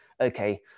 okay